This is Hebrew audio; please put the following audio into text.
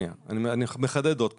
אני מחדד עוד פעם.